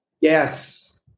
Yes